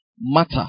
matter